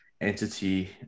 entity